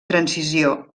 transició